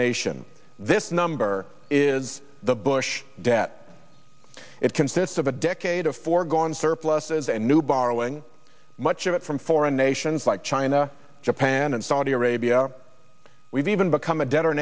nation this number is the bush debt it consists of a decade of foregone surpluses and new borrowing much of it from foreign nations like china japan and saudi arabia we've even become a de